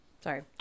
Sorry